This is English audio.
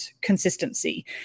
consistency